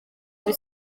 muri